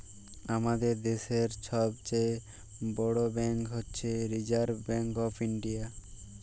আমাদের দ্যাশের ছব চাঁয়ে বড় ব্যাংক হছে রিসার্ভ ব্যাংক অফ ইলডিয়া